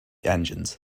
engines